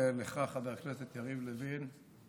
לך חבר הכנסת יריב לוין,